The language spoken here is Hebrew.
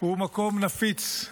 הוא מקום נפיץ.